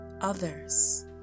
others